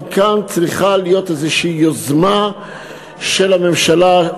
גם כאן צריכה להיות איזושהי יוזמה של הממשלה,